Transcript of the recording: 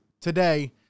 today